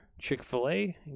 Chick-fil-A